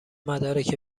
مدارک